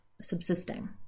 subsisting